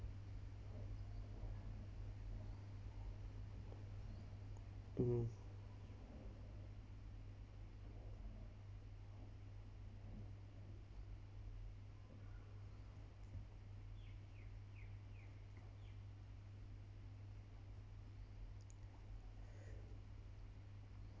mm